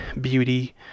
beauty